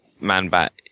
Man-Bat